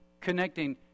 connecting